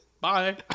Bye